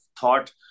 thought